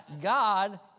God